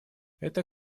это